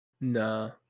Nah